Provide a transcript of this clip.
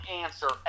answer